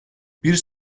bir